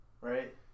right